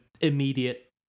immediate